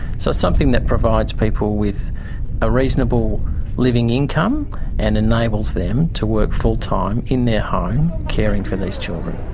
so something that provides people with a reasonable living income and enables them to work full time in their home, caring for these children.